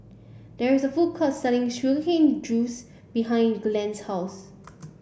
there is a food court selling cane juice behind Glynn's house